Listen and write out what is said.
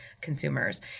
consumers